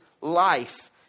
life